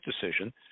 decision